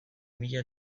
mila